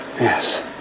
Yes